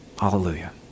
Hallelujah